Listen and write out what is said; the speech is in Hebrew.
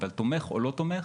אבל תומך או לא תומך